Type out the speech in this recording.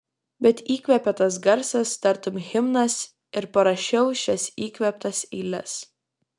bet įkvėpė tas garsas tartum himnas ir parašiau šias įkvėptas eiles